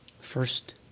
First